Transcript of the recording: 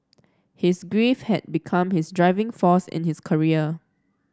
his grief had become his driving force in his career